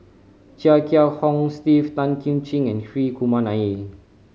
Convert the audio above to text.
Chia Kiah Hong Steve Tan Kim Ching and Hri Kumar Nair